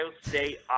State